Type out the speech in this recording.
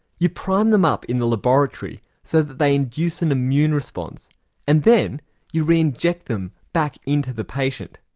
you prime them up in the laboratory so that they induce an immune response and then you re-inject them back into the patient.